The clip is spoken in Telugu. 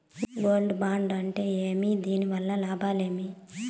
గోల్డ్ బాండు అంటే ఏమి? దీని వల్ల లాభాలు ఏమి?